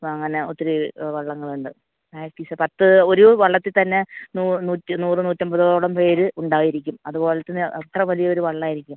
വ അങ്ങനെ ഒത്തിരി വള്ളങ്ങളുണ്ട് പ്രാക്റ്റീസ് പത്ത് ഒരു വള്ളത്തിൽ തന്നെ നൂ നൂറ്റി നൂറ് നൂറ്റമ്പതോളം പേർ ഉണ്ടായിരിക്കും അതുപോലെ തന്നെ അത്ര വലിയൊരു വള്ളമായിരിക്കും